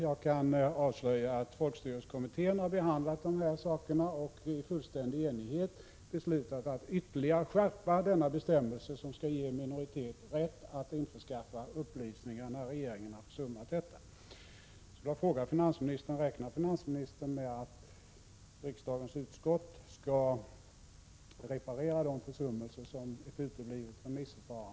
Jag kan avslöja att folkstyrelsekommittén har behandlat de här sakerna och i fullständig enighet beslutat att ytterligare skärpa denna bestämmelse, som skall ge en minoritet rätt att införskaffa upplysningar när regeringen har försummat detta.